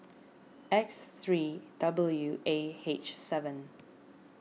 X three W A H seven